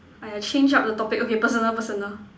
!aiya! change up the topic okay personal personal